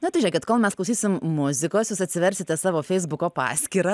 na tai žėkit kol mes klausysim muzikos jūs atsiversite savo feisbuko paskyrą